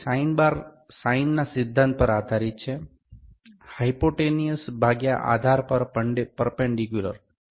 તેથી sine bar સાઇનના સિદ્ધાંત પર આધારિત છે હાઈપોટેનિયસ ભાગ્યા આધાર પર પરપેન્ડિક્યુલર